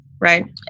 right